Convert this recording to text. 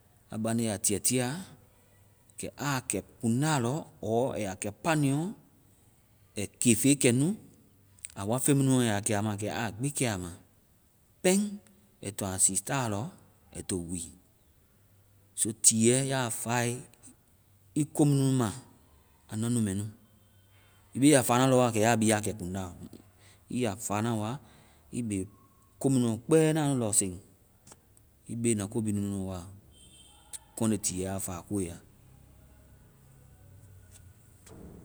Aa baŋde a tiɛtiɛa, kɛ a kɛ kuŋda lɔ ɔɔ aa ya kɛ paniɛ lɔ. Ai kefe kɛ nu, a wa ai feŋ mu nu kɛ a ma, kɛ a kɛ a ma. Pɛŋ ai to a sii ta lɔ ai to wii. So tiɛ, ya fae, ii ko mu nu ma, a nuanu mɛ nu. Ii be a fa na lɔ wa kɛ ya bi ya kɛ kuŋda ɔ. Ii ya fa na wa ii be ko mu nu kpɛ na lɔseŋ. Ii be na ko bi nunu ɔ wa, kɔŋde tiɛ a fa koe ya.